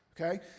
Okay